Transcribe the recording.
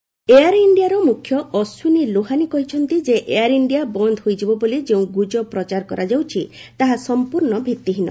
air India Air ଇଣ୍ଡିଆର ମୁଖ୍ୟ ଅଶ୍ୱିନୀ ଲୋହାନୀ କହିଛନ୍ତି ଯେ ଏୟାର ଇଣ୍ଡିଆ ବନ୍ଦ ହୋଇଯିବ ବୋଲି ଯେଉଁ ଗୁଜବ ପ୍ରଚାର କରାଯାଉଛି ତାହା ସଂପୂର୍ଣ୍ଣ ଭିତ୍ତିହୀନ